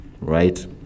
right